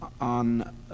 On